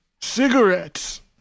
Cigarettes